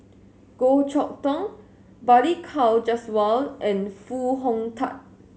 Goh Chok Tong Balli Kaur Jaswal and Foo Hong Tatt